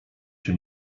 się